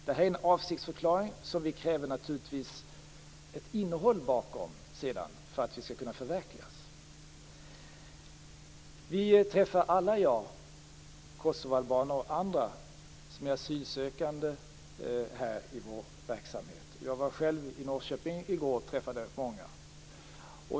Detta är en avsiktsförklaring som vi naturligtvis kräver att det sedan finns ett innehåll bakom för att det skall kunna förverkligas. Vi träffar alla i vår verksamhet kosovoalbaner och andra som är asylsökande. Jag var själv i Norrköping i går och träffade många.